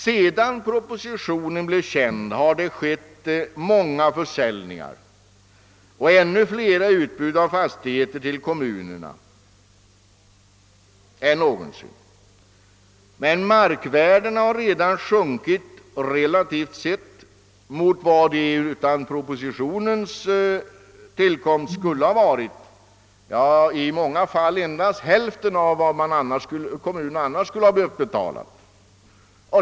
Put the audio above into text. Sedan propositionen blev känd har många försäljningar gjorts och kommunerna har fått fler utbud av fastigheter än någonsin. Men markvärdena har redan sjunkit relativt sett mot vad de utan propositionens tillkomst skulle ha varit — ja, i många fall är de endast hälften av vad kommunen annars skulle behövt betala.